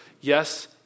yes